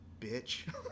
bitch